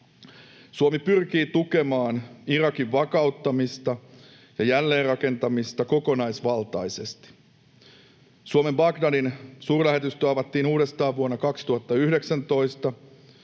Suomi pyrkii tukemaan Irakin vakauttamista ja jälleenrakentamista kokonaisvaltaisesti. Suomen Bagdadin-suurlähetystö avattiin uudestaan vuonna 2019.